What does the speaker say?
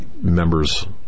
members